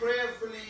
prayerfully